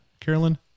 Carolyn